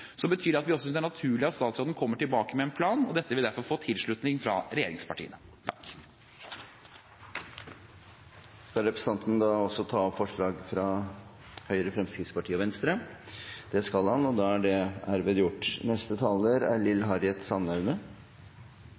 betyr det at vi også synes det er naturlig at statsråden kommer tilbake med en plan. Dette vil derfor få tilslutning fra regjeringspartiene. Skal representanten også ta opp forslaget fra Høyre, Fremskrittspartiet og Venstre? Ja. Da har representanten Henrik Asheim tatt opp forslaget han